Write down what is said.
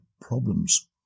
problems